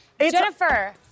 Jennifer